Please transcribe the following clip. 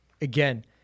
again